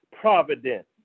providence